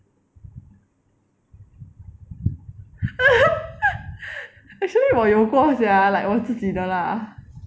actually 我有过 sia like 我自己的 lah